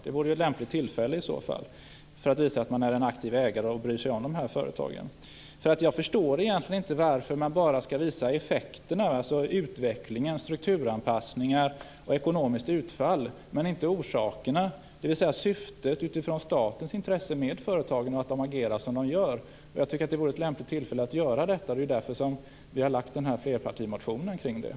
Det vore ett lämpligt tillfälle för att visa att man är en aktiv ägare och bryr sig om dessa företag. Jag förstår egentligen inte varför man bara skall visa effekterna, dvs. utvecklingen, strukturanpassningar och ekonomiskt utfall, men inte orsakerna, dvs. syftet utifrån statens intresse med företagen och att de agerar som de gör. Det vore ett lämpligt tillfälle att göra detta, och det är därför som vi har väckt flerpartimotionen om detta.